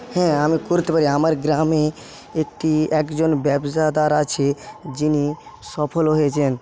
হ্যাঁ আমি করতে পারি আমার গ্রামে একটি একজন ব্যবসাদার আছে যিনি সফল হয়েছেন